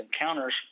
encounters